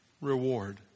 reward